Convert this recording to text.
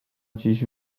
dziś